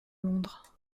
londres